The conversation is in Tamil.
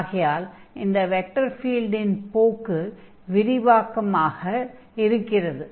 ஆகையால் இந்த வெக்டர் ஃபீல்டின் போக்கு விரிவாக்கமாக இருக்கிறது